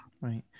Right